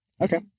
Okay